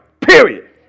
period